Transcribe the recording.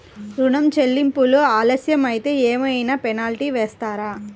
ఋణ చెల్లింపులు ఆలస్యం అయితే ఏమైన పెనాల్టీ వేస్తారా?